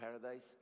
paradise